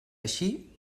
així